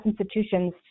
institutions